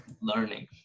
learning